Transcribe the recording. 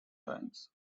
times